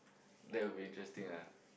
that will be interesting ah